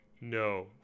no